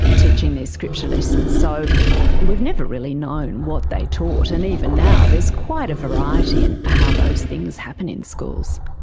teaching these scripture lessons. so we've never really known what they taught, and even now there's quite a variety in how those things happen in schools.